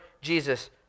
Jesus